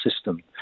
system